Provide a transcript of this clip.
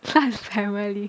烂 family